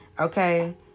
okay